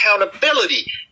accountability